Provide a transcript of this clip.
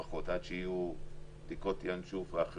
עד שיהיו בדיקות ינשוף.